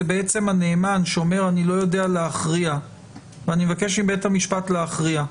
זה בעצם הנאמן שאומר שהוא לא יודע להכריע והוא מבקש מבית המשפט להכריע.